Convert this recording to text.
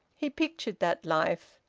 he pictured that life,